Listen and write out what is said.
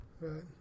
Right